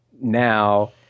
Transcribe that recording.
now